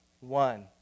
one